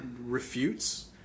refutes